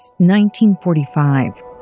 1945